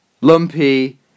Lumpy